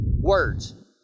words